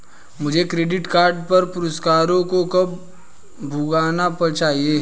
मुझे credit card पर पुरस्कारों को कब भुनाना चाहिए?